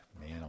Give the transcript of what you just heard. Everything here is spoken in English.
man